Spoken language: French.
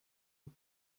eux